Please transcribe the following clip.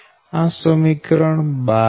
આ સમીકરણ 12 છે